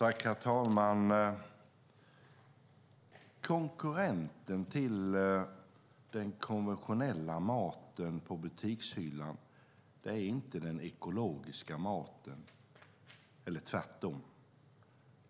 Herr talman! Konkurrenten till den konventionella maten på butikshyllan är inte den ekologiska maten, eller tvärtom.